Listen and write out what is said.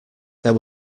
there